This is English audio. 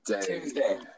Tuesday